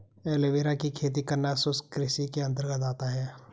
aloe vera की खेती करना शुष्क कृषि के अंतर्गत आता है